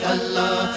Allah